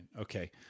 Okay